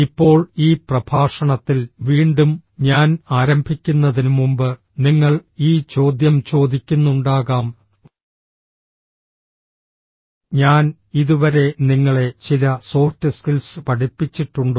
ഇപ്പോൾ ഈ പ്രഭാഷണത്തിൽ വീണ്ടും ഞാൻ ആരംഭിക്കുന്നതിന് മുമ്പ് നിങ്ങൾ ഈ ചോദ്യം ചോദിക്കുന്നുണ്ടാകാംഃ ഞാൻ ഇതുവരെ നിങ്ങളെ ചില സോഫ്റ്റ് സ്കിൽസ് പഠിപ്പിച്ചിട്ടുണ്ടോ